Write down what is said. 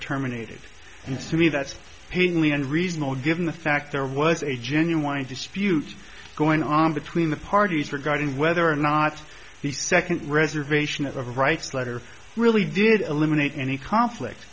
terminated and sue me that's been lee and reasonable given the fact there was a genuine dispute going on between the parties regarding whether or not the second reservation of rights letter really did eliminate any conflict